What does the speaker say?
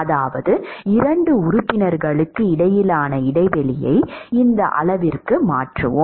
அதாவது இரண்டு உறுப்பினர்களுக்கு இடையிலான இடைவெளியை இந்த அளவிற்கு மாற்றுவோம்